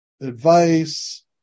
advice